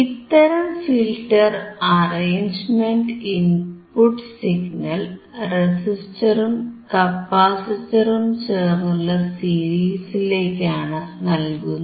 ഇത്തരം ഫിൽറ്റർ അറേഞ്ച്മെന്റിൽ input signal Vin റെസിസ്റ്ററും കപ്പാസിറ്ററും ചേർന്നുള്ള സീരീസിലേക്കാണ് നൽകുന്നത്